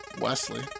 Wesley